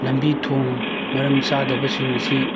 ꯂꯝꯕꯤ ꯊꯣꯡ ꯃꯔꯝ ꯆꯥꯗꯕꯁꯤꯡ ꯑꯁꯤ